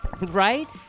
Right